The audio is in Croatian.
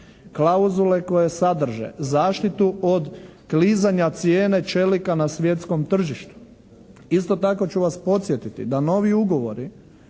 Klauzule koje sadrže zaštitu od klizanja cijene čelika na svjetskom tržištu. Isto tako ću vas podsjetiti da novi ugovori